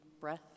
breath